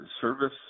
service